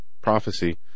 prophecy